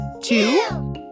two